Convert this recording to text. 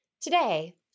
Today